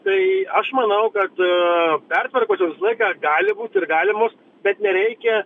tai aš manau kad pertvarkos jos visą laiką gali būt ir galimos bet nereikia